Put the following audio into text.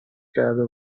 کرده